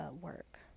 work